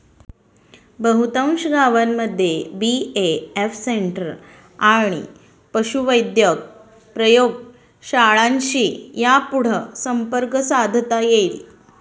बहुतांश गावांमध्ये B A F centre आणि पशुवैद्यक प्रयोगशाळांशी यापुढं संपर्क साधता येईल